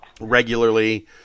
regularly